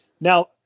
now